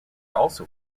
also